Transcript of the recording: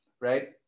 right